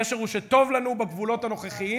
הקשר הוא שטוב לנו בגבולות הנוכחיים,